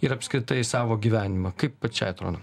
ir apskritai savo gyvenimą kaip pačiai atrodo